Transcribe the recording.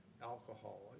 alcohol